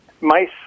mice